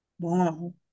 Wow